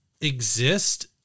exist